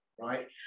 right